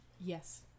Yes